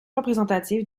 représentative